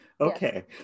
okay